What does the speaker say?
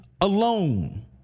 alone